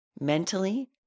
mentally